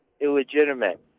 illegitimate